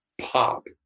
pop